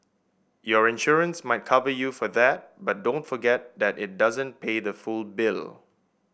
your insurance might cover you for that but don't forget that it doesn't pay the full bill